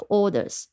orders